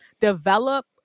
develop